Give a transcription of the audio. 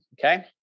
Okay